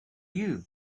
you